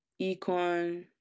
econ